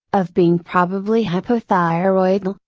of being probably hypothyroidl,